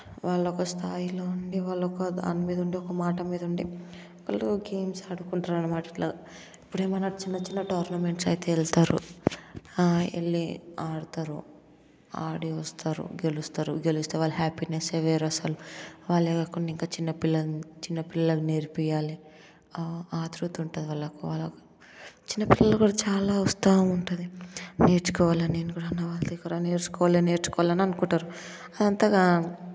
వాళ్ళు ఒక స్థాయిలో ఉండి వాళ్ళు ఒక దాని మీద ఉండి ఒక మాట మీద ఉండి వాళ్ళ గేమ్స్ ఆడుకుంటారు అనమాట ఇట్లా ఇప్పుడేమైనా చిన్న చిన్న టోర్నమెంట్స్కి వెళ్తారు వెళ్ళి ఆడుతారు ఆడి వస్తారు గెలుస్తారు గెలిచి వస్తే వాళ్ళు హ్యాపీనెస్సే వేరు అసలు వాళ్ళే కాకుండా ఇంకా చిన్న పిల్లలు చిన్నపిల్లలకి నేర్పియ్యాలి ఆత్రుత ఉంటుంది వాళ్ళకు వాళ్ళకు చిన్నపిల్లలకు కూడా చాలా వస్తూ ఉంటుంది నేర్చుకోవాలి నేను కూడా అన్న దగ్గర దగ్గర నేర్చుకోవాలి నేర్చుకోవాలి అని అనుకుంటారు అదంతగా